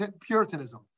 puritanism